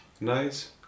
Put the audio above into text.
nice